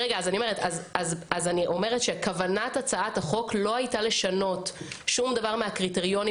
אני אומרת שכוונת הצעת החוק לא הייתה לשנות שום דבר מהקריטריונים